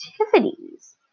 activities